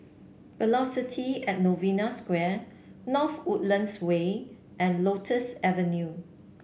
Velocity At Novena Square North Woodlands Way and Lotus Avenue